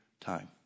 time